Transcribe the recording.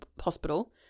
hospital